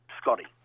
Scotty